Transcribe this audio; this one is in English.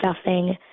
stuffing